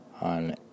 on